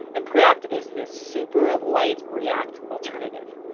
and preact is this super light react alternative.